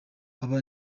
aba